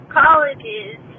colleges